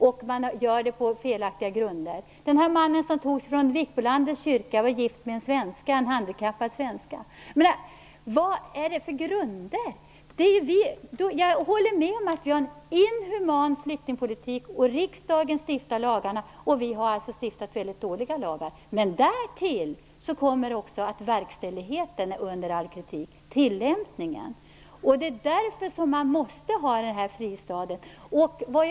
Utvisningen görs dessutom på felaktiga grunder. Mannen som togs från Vikbolandets kyrka t.ex. var gift med en handikappad svenska. Vad är det för grunder? Jag håller med om att vi har en inhuman flyktingpolitik. Riksdagen stiftar lagarna, och vi har stiftat mycket dåliga lagar. Därtill kommer också att verkställigheten och tillämpningen är under all kritik. Därför måste det finnas möjlighet att söka fristad.